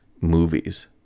movies